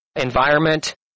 environment